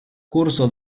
curso